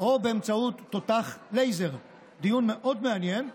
או באמצעות תותח לייזר, דיון מאוד מעניין.